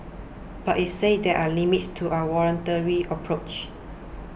but it said there are limits to a voluntary approach